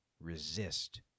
Resist